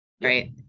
right